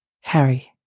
Harry